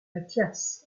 mathias